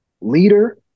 leader